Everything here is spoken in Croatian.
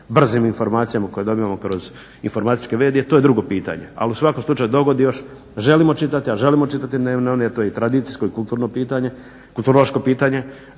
brzim informacijama koje dobivamo kroz informatičke medije, to je drugo pitanje ali u svakom slučaju dogodi još, želimo čitati dnevne novine. To je tradicijsko i kulturno pitanje, kulturološko pitanje.